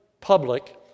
public